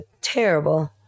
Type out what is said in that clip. terrible